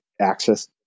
access